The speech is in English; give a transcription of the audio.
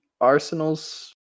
Arsenal's